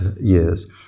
years